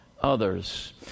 others